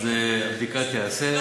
אז הבדיקה תיעשה.